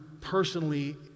personally